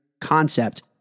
concept